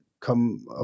come